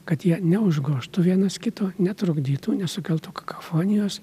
kad jie neužgožtų vienas kito netrukdytų nesukeltų kakofonijos